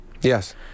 Yes